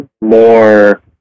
more